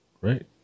right